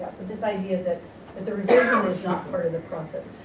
this idea that the revision is not part of the process.